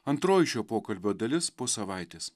antroji šio pokalbio dalis po savaitės